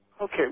Okay